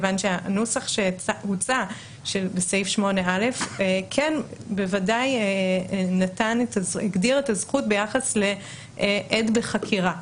הנוסח שהוצע בסעיף 8(א) בוודאי הגדיר את הזכות ביחס לעד בחקירה.